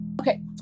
okay